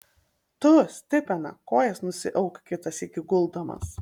tu stipena kojas nusiauk kitą sykį guldamas